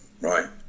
right